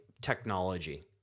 technology